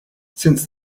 since